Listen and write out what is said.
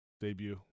debut